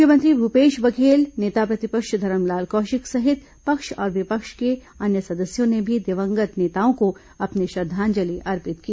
मुख्यमंत्री भूपेश बघेल नेता प्रतिपक्ष धरमलाल कौशिक सहित पक्ष और विपक्ष के अन्य सदस्यों ने भी दिवंगत नेताओं को अपनी श्रद्धांजलि अर्पित की